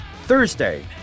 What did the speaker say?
Thursday